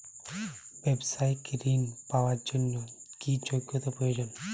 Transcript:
ব্যবসায়িক ঋণ পাওয়ার জন্যে কি যোগ্যতা প্রয়োজন?